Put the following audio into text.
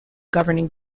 governing